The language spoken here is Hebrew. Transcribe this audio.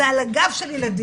זה על הגב של ילדים,